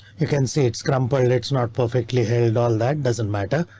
you can see it's crumble. it's not perfectly held. all that doesn't matter.